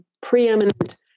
preeminent –